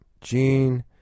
Gene